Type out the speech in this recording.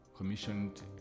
Commissioned